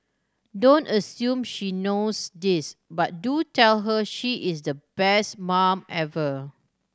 don't assume she knows this but do tell her she is the best mum ever